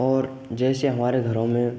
और जैसे हमारे घरों में